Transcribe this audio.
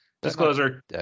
Disclosure